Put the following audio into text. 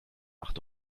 acht